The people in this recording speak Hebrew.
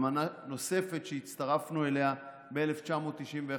אמנה נוספת שהצטרפנו אליה ב-1991,